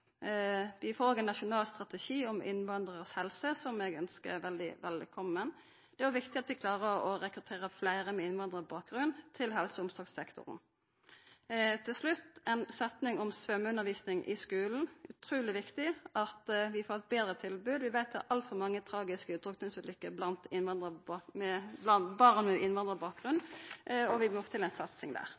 Vi får òg ein nasjonal strategi om innvandrarars helse, som eg ønskjer velkommen. Det er òg viktig at vi klarer å rekruttera fleire med innvandrarbakgrunn til helse- og omsorgssektoren. Til slutt nokre setningar om svømmeundervisning i skulen. Det er utruleg viktig at vi får eit betre tilbod. Vi veit at det er altfor mange tragiske drukningsulukker blant barn med innvandrarbakgrunn. Vi må få til ei satsing der.